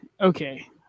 okay